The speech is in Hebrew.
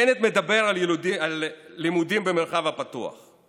בנט מדבר על לימודים במרחב הפתוח.